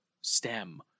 STEM